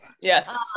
yes